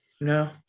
No